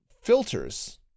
filters